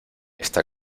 está